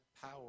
power